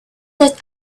that